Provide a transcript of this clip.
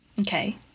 Okay